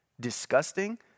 disgusting